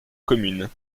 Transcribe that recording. commune